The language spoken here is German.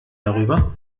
darüber